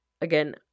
again